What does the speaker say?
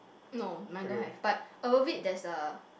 no mine don't have but above it there's a